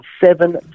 seven